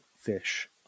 fish